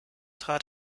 trat